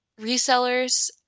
resellers